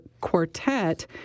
Quartet